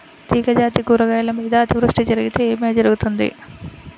తీగజాతి కూరగాయల మీద అతివృష్టి జరిగితే ఏమి జరుగుతుంది?